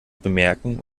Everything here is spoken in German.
bemerken